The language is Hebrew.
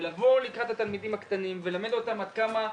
ולבוא לקראת התלמידים הקטנים וללמד אותם עד כמה,